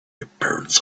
appearance